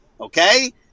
Okay